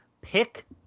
Pick